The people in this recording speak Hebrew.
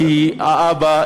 כי האבא,